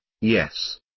yes